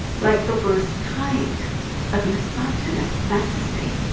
like the worst kind of misogynist fantasy?